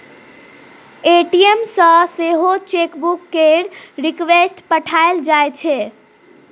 ATM सँ सेहो chequebook केर रिक्वेस्ट पठाएल जाइ छै